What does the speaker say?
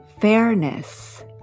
Fairness